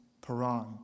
Paran